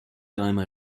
time